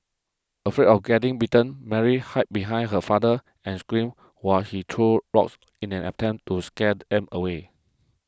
afraid of getting bitten Mary hide behind her father and screamed while he threw rocks in an attempt to scare them away